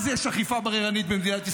אז יש אכיפה בררנית במדינת ישראל.